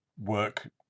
work